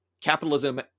capitalism